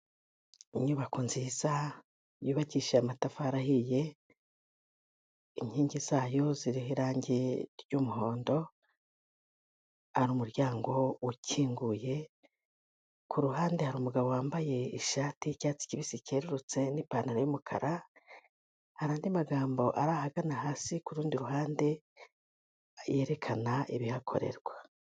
Inyubako nziza yubakishije amatafari ahiye, inkingi zayo zireba irangi ry'muhondo, hari umuryango ukinguye, kuruhande hari umugabo wambaye ishati yicyatsi kibisi cyerurutse n'ipantaro y'umukara, hari andi magambo ari ahagana hasi k'urundi ruhande yerekana ibihakorerwa.